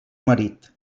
marit